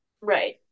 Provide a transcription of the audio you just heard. Right